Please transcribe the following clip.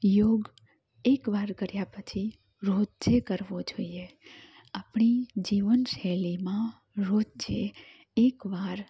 યોગ એકવાર કર્યા પછી રોજ કરવો જોઈએ આપણી જીવન શૈલીમાં રોજ એકવાર